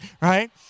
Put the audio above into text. right